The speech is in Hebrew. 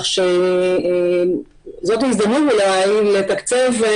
זאת הזדמנות אולי לתקצב,